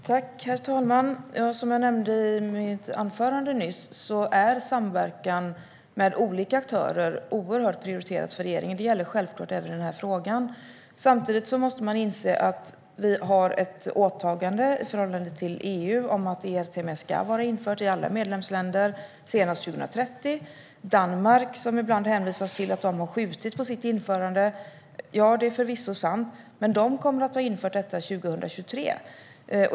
Herr talman! Som jag nämnde i mitt anförande nyss är samverkan mellan olika aktörer oerhört prioriterat för regeringen. Det gäller självklart även i den här frågan. Samtidigt måste man inse att vi har ett åtagande i förhållande till EU om att ERTMS ska vara infört i alla medlemsländer senast 2030. Ibland hänvisas det till att Danmark har skjutit på sitt införande. Det är förvisso sant, men Danmark kommer att ha infört detta 2023.